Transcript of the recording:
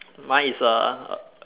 mine is a